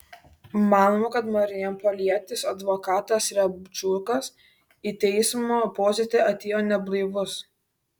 manoma kad marijampolietis advokatas riabčiukas į teismo posėdį atėjo neblaivus